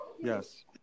Yes